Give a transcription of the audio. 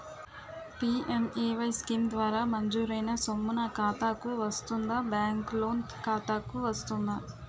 PMAY scheme ద్వారా మంజూరైన సొమ్ము నా ఖాతా కు వస్తుందాబ్యాంకు లోన్ ఖాతాకు వస్తుందా?